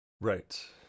Right